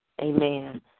Amen